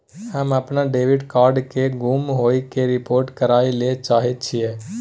हम अपन debit card के गुम होय के रिपोर्ट करय ले चाहय छियै